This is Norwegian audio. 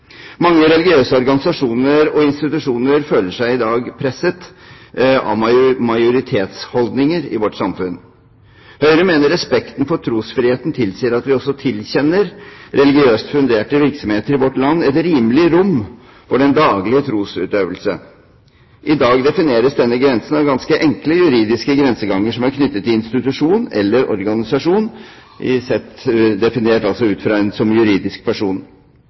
Mange religiøse organisasjoner og institusjoner føler seg i dag presset av majoritetsholdninger i vårt samfunn. Høyre mener respekten for trosfriheten tilsier at vi også tilkjenner religiøst funderte virksomheter i vårt land et rimelig rom for den daglige trosutøvelse. I dag defineres denne grensen av ganske enkle juridiske grenseganger som er knyttet til institusjon eller organisasjon, definert som juridisk person.